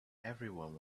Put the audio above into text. everyone